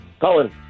Colin